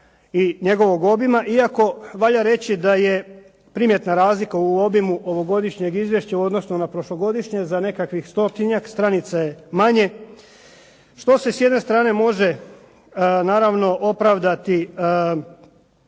i njegovog obima, iako valja reći da je primjetna razlika u obimu ovogodišnjeg izvješća u odnosu na prošlogodišnje za nekakvih stotinjak stranica manje, što se s jedne strane može naravno opravdati